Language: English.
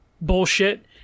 bullshit